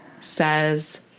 says